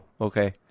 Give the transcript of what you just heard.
okay